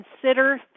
consider